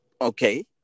Okay